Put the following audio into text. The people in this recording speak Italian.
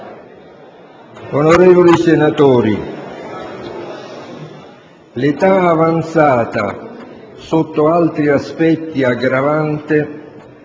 Onorevoli senatori, l'età avanzata, sotto altri aspetti aggravante,